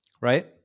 Right